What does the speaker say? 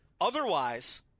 otherwise